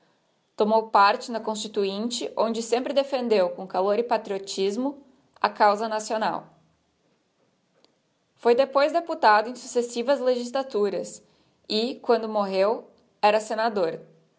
tomou parte na constituinte onde sempre defendeu com calor e patriotismo a causa nacional foi depois deputado em successivas legislaturas e quando morreu era senador